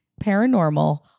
paranormal